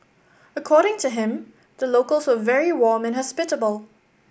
according to him the locals were very warm and hospitable